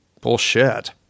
Bullshit